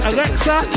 Alexa